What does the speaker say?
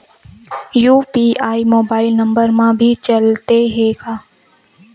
UPI mobile number मा भी चलते हे का?